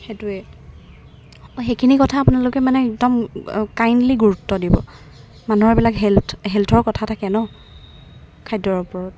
সেইটোৱে অঁ সেইখিনি কথা আপোনালোকে মানে একদম কাইণ্ডলি গুৰুত্ব দিব মানুহৰ এইবিলাক হেলথ হেলথৰ কথা থাকে ন খাদ্যৰ ওপৰত